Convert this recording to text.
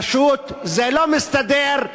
פשוט זה לא מסתדר: